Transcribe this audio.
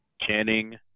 Channing